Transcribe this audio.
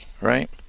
right